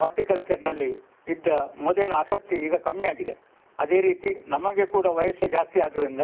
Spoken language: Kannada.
ಹಾಟಿಕಲ್ಚರಿನಲ್ಲಿ ಇದ್ದ ಮೊದಲಿನ ಆಸಕ್ತಿ ಈಗ ಕಮ್ಮಿಯಾಗಿದೆ ಅದೇ ರೀತಿ ನಮಗೆ ಕೂಡ ವಯಸ್ಸು ಜಾಸ್ತಿ ಆದ್ದರಿಂದ